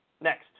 next